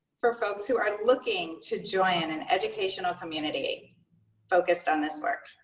for folks who are looking to join an educational community focused on this work.